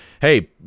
Hey